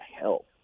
help